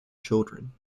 children